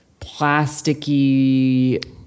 plasticky